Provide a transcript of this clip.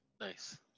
nice